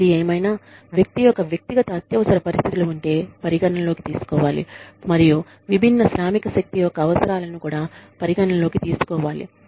ఇది ఏదైనా వ్యక్తి యొక్క వ్యక్తిగత అత్యవసర పరిస్థితులు ఉంటే పరిగణనలోకి తీసుకోవాలి మరియు విభిన్న శ్రామిక శక్తి యొక్క అవసరాలను కూడా పరిగణనలోకి తీసుకోవాలి